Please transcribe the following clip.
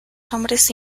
hombres